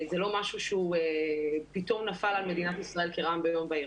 זה לא משהו שהוא פתאום נפל על מדינת ישראל כרעם ביום בהיר.